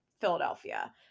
philadelphia